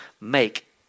make